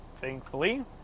Thankfully